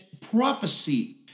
prophecy